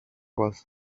was